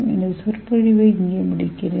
எனது சொற்பொழிவை இங்கே முடிக்கிறேன்